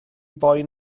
boen